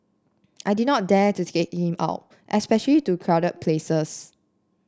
I did not dare to take him out especially to crowded places